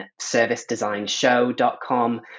servicedesignshow.com